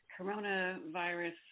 coronavirus